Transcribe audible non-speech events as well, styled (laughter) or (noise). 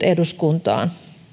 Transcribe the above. (unintelligible) eduskuntaan